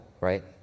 right